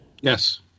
Yes